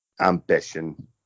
ambition